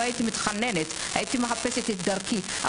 לא הייתי מתחננת אלא הייתי מחפשת את דרכי.